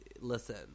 listen